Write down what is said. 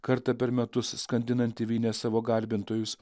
kartą per metus skandinantį vyne savo garbintojus